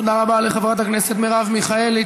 תודה רבה לחברת הכנסת מרב מיכאלי.